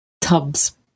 tubs